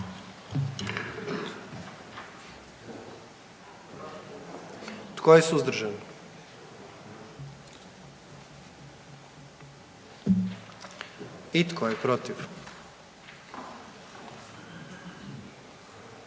Tko je suzdržan? I tko je protiv?